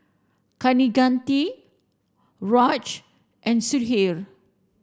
Kaneganti Raj and Sudhir